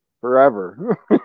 forever